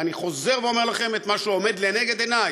ואני חוזר ואומר לכם את מה שעומד לנגד עיני: